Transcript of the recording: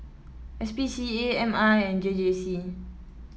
S P C A M I and J J C